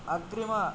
अग्रीम